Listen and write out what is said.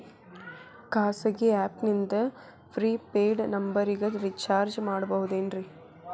ಖಾಸಗಿ ಆ್ಯಪ್ ನಿಂದ prepaid ನಂಬರಿಗ ರೇಚಾರ್ಜ್ ಮಾಡಬಹುದೇನ್ರಿ?